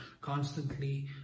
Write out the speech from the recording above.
constantly